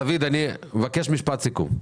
דוד, אני מבקש משפט סיכום.